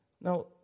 Now